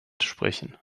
sprechen